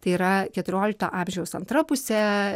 tai yra keturiolikto amžiaus antra pusė